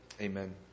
Amen